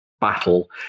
battle